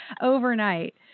overnight